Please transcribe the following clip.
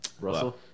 Russell